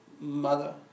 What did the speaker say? mother